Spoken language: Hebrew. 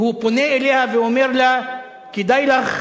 והוא פונה אליה ואומר לה, כדאי לך